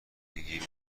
میگی